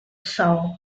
seoul